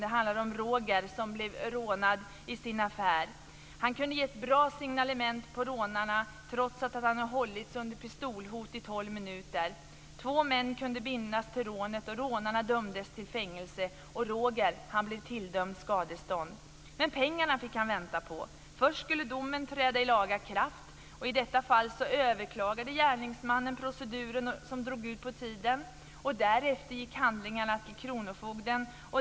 Det handlar om Roger som blev rånad i sin affär. Han kunde ge ett bra signalement på rånarna, trots att han hade hållits under pistolhot i 12 minuter. Två män kunde bindas till rånet, och rånarna dömdes till fängelse. Roger blev tilldömd skadestånd. Men pengarna fick han vänta på. Först skulle domen träda i laga kraft. I detta fall överklagade gärningsmannen, och proceduren drog ut på tiden. Därefter gick handlingarna till kronofogden.